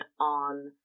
on